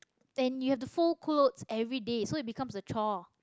and you have to fold clothes everyday so it becomes a chore